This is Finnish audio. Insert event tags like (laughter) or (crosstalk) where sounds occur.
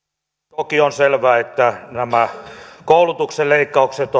toki on selvää että nämä koulutuksen leikkaukset (unintelligible)